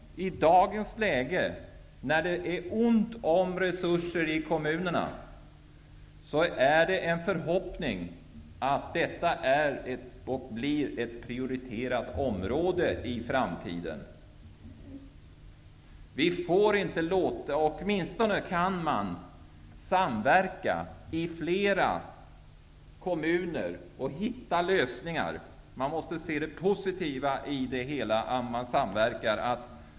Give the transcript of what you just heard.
I dagens läge, när det är ont om resurser i kommunerna, är det en förhoppning att detta är och förblir ett prioriterat område i framtiden. Man kan åtminstone samverka i flera kommuner och hitta lösningar. Man måste se det positiva i det hela.